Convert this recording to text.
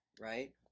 right